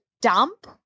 dump